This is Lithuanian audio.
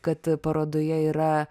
kad parodoje yra